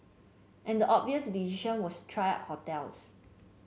and the obvious decision was try hotels